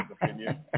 opinion